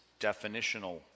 definitional